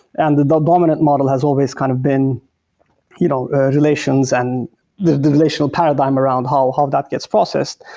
and the the dominant model has always kind of been you know relations and the the relational paradigm around how um that gets processed.